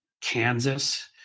Kansas